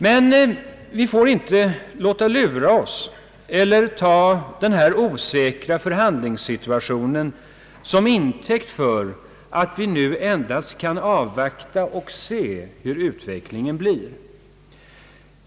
Men vi får inte låta lura oss eller ta denna osäkra förhandlingssituation som intäkt för att vi nu endast kan avvakta och se hur utvecklingen blir.